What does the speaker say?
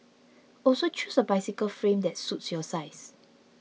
also choose a bicycle frame that suits your size